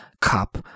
cup